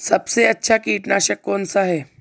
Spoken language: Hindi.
सबसे अच्छा कीटनाशक कौनसा है?